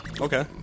Okay